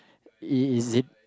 is is it